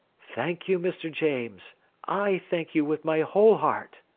thank you, mr. james i thank you with my whole heart.